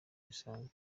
bisabwa